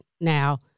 now